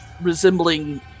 resembling